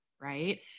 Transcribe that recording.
right